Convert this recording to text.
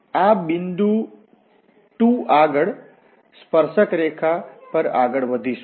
આ બિંદુ 2 આગળ સ્પર્શક રેખા પર આગળ વધીશુ